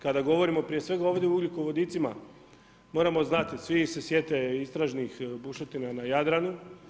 Kada govorimo prije svega ovdje u ugljikovodicima, moramo znati, svi se sjete istražnih bušotina ja Jadranu.